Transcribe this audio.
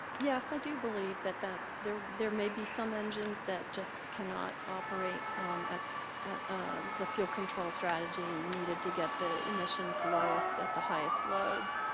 yes. i do believe that that there there may be some engines that just cannot operate at at ah the fuel control strategy needed to get the emissions lowest at the highest loads.